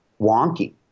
wonky